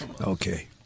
Okay